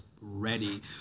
ready